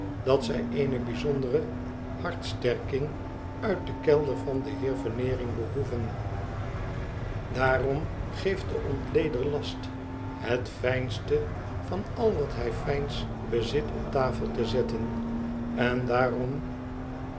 dat zij eene bijzondere hartsterking uit den kelder van den heer veneering behoeven daarom heeft de ontleder last het fijnste van al wat hij fijns bezit op tafel te zetten en daarom